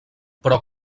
però